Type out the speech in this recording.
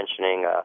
mentioning